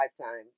lifetime